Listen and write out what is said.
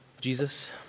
Jesus